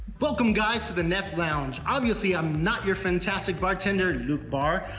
welcome guys to the neft lounge. obviously, i'm not your fantastic bartender luke barr.